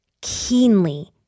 keenly